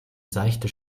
seichte